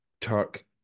Turk